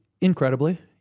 incredibly